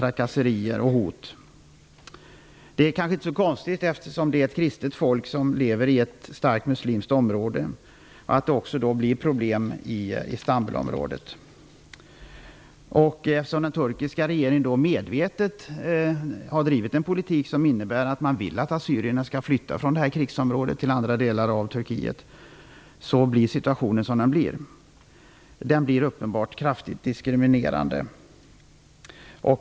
Trakasserier och hot förekommer. Det kanske inte är så konstigt att det också blir problem i Istanbul, eftersom det är ett kristet folk som lever i ett utpräglat muslimskt område. Eftersom den turkiska regeringen medvetet har drivit en politik som innebär att man vill att assyrierna skall flytta från det här krigsområdet till andra delar av Turkiet, är situationen som den är. Den blir uppenbart kraftigt diskriminerande.